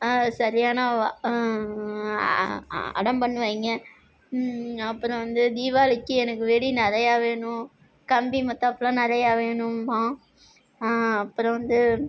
சரியான வா அ அ அடம் பண்ணுவாங்க அப்புறம் வந்து தீபாவளிக்கு எனக்கு வெடி நிறையா வேணும் கம்பி மத்தாப்புலாம் நிறையா வேணும்பான் அப்புறம் வந்து